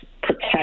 protect